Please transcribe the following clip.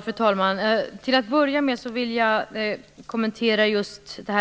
Fru talman! Till att börja med vill jag kommentera